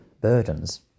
burdens